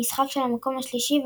המשחק על המקום השלישי,